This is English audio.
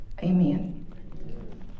amen